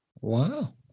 Wow